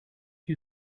you